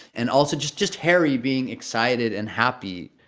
and also, just just harry being excited and happy.